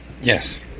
Yes